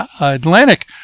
Atlantic